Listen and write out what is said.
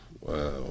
Wow